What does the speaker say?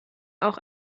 auch